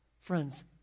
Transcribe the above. friends